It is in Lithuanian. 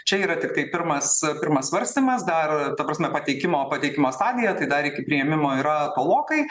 čia yra tiktai pirmas pirmas svarstymas dar ta prasme pateikimo pateikimo stadija tai dar iki priėmimo yra tolokai